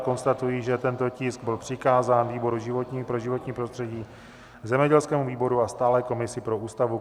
Konstatuji, že tento tisk byl přikázán výboru pro životní prostředí, zemědělskému výboru a stálé komisi pro Ústavu.